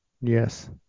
Yes